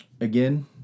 Again